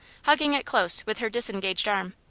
hugging it close with her disengaged arm.